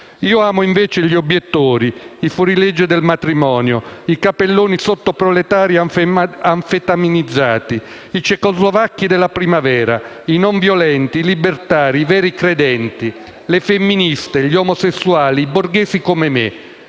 «Io amo invece gli obiettori, i fuorilegge del matrimonio, i capelloni sottoproletari anfetaminizzati, i cecoslovacchi della primavera, i nonviolenti, i libertari, i veri credenti, le femministe, gli omosessuali, i borghesi come me,